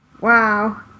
Wow